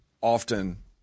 often